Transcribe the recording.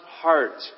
heart